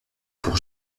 pour